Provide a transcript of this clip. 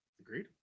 Agreed